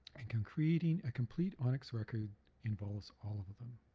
and creating a complete onix record involves all of of them.